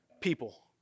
people